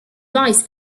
rice